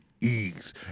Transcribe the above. ease